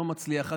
לא מצליח.